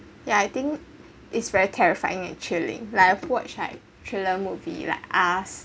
yeah I think it's very terrifying actually like watch like thriller movie like us